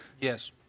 Yes